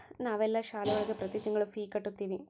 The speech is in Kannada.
ನಾವೆಲ್ಲ ಶಾಲೆ ಒಳಗ ಪ್ರತಿ ತಿಂಗಳು ಫೀ ಕಟ್ಟುತಿವಿ